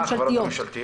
אה, החברות הממשלתיות.